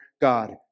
God